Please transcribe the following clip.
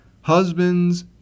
husbands